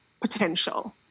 potential